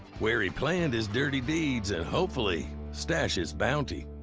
where he planned his dirty deeds and hopefully stashed his bounty.